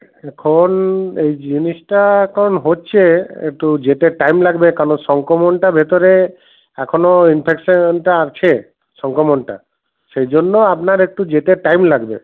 এখন এই জিনিসটা এখন হচ্ছে একটু যেতে টাইম লাগবে কেন সংক্রমণটা ভেতরে এখনও ইনফেকশনটা আছে সংক্রমণটা সেই জন্য আপনার একটু যেতে টাইম লাগবে